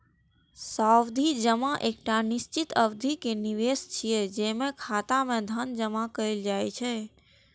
सावधि जमा एकटा निश्चित अवधि के निवेश छियै, जेमे खाता मे धन जमा कैल जाइ छै